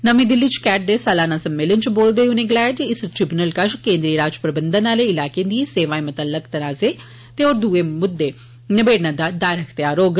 नमीं दिल्ली च कैट दे सलाना सम्मेलन च बोलदे होई उनें गलाया जे इस ट्रिबुनल कश केन्द्री राज प्रबंध आले इलाके दिए सेवाए मतलक तनाजें ते होर दुए मुद्दें नबेड़ने दा दायर अख्तेयार होग